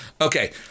Okay